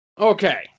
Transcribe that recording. Okay